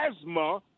asthma